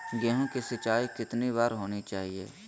गेहु की सिंचाई कितनी बार होनी चाहिए?